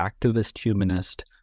Activist-Humanist